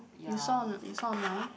you saw on you saw online